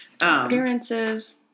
appearances